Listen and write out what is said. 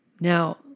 Now